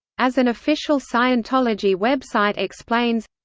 as an official scientology website explains